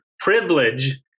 Privilege